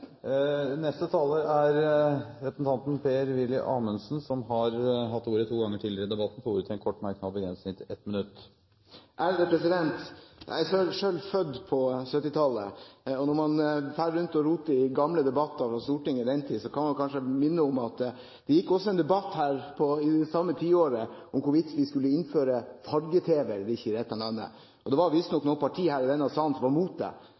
Representanten Per-Willy Amundsen har hatt ordet to ganger tidligere i debatten og får ordet til en kort merknad, begrenset til 1 minutt. Jeg er selv født på 1970-tallet. Når man roter i gamle debatter fra Stortinget på den tid, kan jeg kanskje minne om at det også gikk en debatt her det samme tiåret om hvorvidt man skulle innføre farge-tv eller ikke i dette landet, og det var visstnok noen partier her i denne salen som var mot det